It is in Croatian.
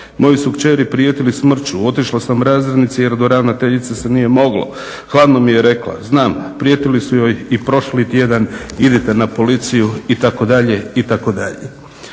Mojoj su kćeri prijetili smrću, otišla sam razrednici jer do ravnateljice se nije moglo. Hladno mi je rekla: "Znam prijetili su joj i prošli tjedan. Idite na Policiju.", itd., itd.